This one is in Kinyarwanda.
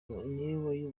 wayoboye